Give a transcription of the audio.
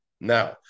Now